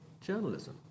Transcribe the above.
journalism